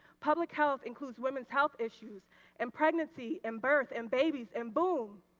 public health includes women's health issues and pregnancy and birth and babies and boom,